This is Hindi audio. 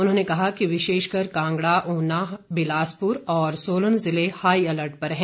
उन्होंने कहा कि विशेषकर कांगड़ा ऊना बिलासपुर और सोलन जिलें में हाई अलर्ट पर हैं